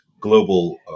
global